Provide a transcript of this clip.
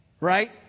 right